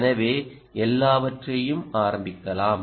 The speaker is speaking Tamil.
எனவேஎல்லாவற்றையும் ஆரம்பிக்கலாம்